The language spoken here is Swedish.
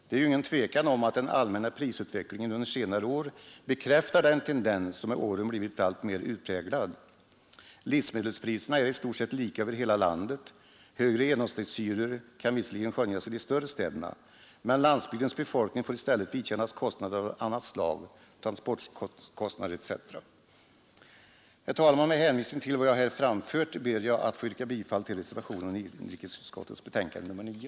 Det är inget tvivel om att prisutvecklingen under senare år bekräftar den tendens som med åren blivit alltmer utpräglad. Livsmedelspriserna är i stort sett desamma över hela landet. Högre genomsnittshyror kan visserligen skönjas i de större städerna, men landsbygdsbefolkningen får i stället vidkännas kostnader av annat slag, transportkostnader etc. Herr talman! Med hänvisning till vad jag här anfört ber jag att få yrka bifall till reservationen i inrikesutskottets betänkande nr 9.